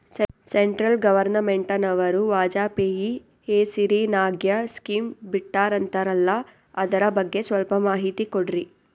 Central ಗವರ್ನಮೆಂಟನವರು ವಾಜಪೇಯಿ ಹೇಸಿರಿನಾಗ್ಯಾ scheme ಬಿಟ್ಟಾರಂತಲ್ಲ ಅದರ ಬಗ್ಗೆ ಸ್ವಲ್ಪ ಮಾಹಿತಿ ಕೊಡ್ರಿ?